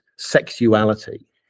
sexuality